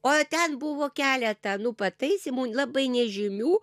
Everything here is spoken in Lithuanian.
oi ten buvo keletą nu pataisymų labai nežymių